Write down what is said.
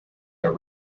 are